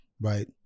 right